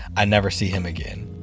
i never see him again.